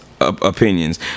Opinions